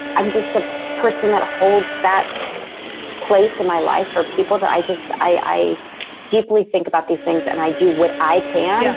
i'm just a person that holds that place in my life for people that i just deeply think about these things and i do what i can do,